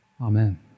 Amen